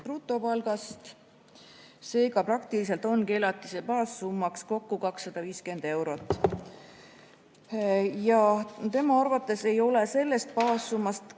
brutopalgast. Seega praktiliselt ongi elatise baassumma kokku 250 eurot. Tema arvates ei ole sellest baassummast